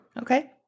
Okay